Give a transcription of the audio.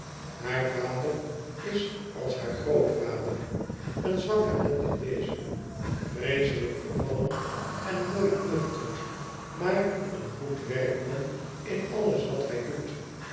haar vader is als haar grootvader een zwak ellendig wezen vreeselijk vervallen en nooit nuchter maar een goed werkman in alles wat hij doet